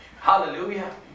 Hallelujah